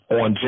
on